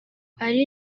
ari